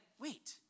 wait